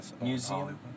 museum